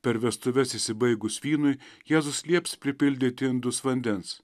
per vestuves išsibaigus vynui jėzus lieps pripildyt indus vandens